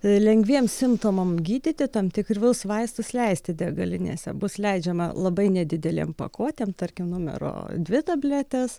lengviems simptomam gydyti tam tikrus vaistus leisti degalinėse bus leidžiama labai nedidelėm pakuotėm tarkim numero dvi tabletės